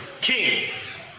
kings